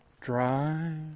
dry